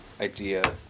idea